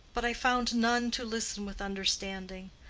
but i found none to listen with understanding.